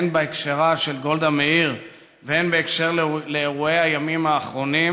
הן בהקשרה של גולדה מאיר והן בהקשר לאירועי הימים האחרונים,